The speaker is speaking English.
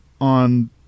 on